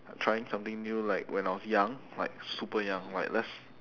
trying something new like when I was young like super young like let's